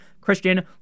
Christian